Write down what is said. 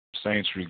saints